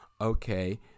okay